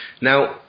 Now